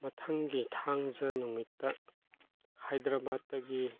ꯃꯊꯪꯒꯤ ꯊꯥꯡꯖ ꯅꯨꯃꯤꯠꯇ ꯍꯥꯏꯗ꯭ꯔꯕꯥꯠꯇꯒꯤ